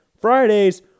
Fridays